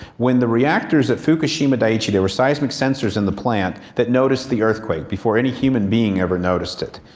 when the reactors at fukushima daiichi, there were seismic sensors in the plant that notice the earthquake before any human being ever noticed it.